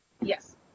Yes